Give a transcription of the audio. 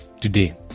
today